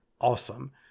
awesome